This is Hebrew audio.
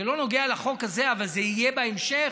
זה לא נוגע לחוק הזה, אבל זה יהיה בהמשך,